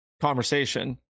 conversation